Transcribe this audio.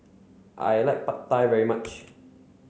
I like Pad Thai very much